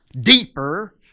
deeper